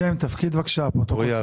שם, תפקיד בבקשה, לפרוטוקול.